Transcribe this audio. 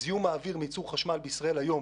זיהום האוויר מייצור חשמל בישראל היום